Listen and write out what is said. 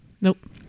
Nope